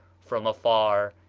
from afar,